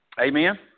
Amen